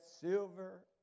silver